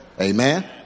Amen